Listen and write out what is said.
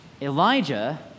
Elijah